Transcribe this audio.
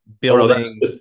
building